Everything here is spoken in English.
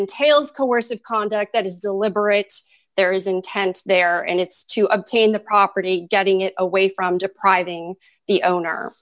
entails coercive conduct that is deliberate there is intent there and it's to obtain the property getting it away from depriving the owner